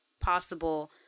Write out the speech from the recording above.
possible